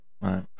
Right